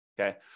okay